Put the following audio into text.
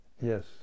yes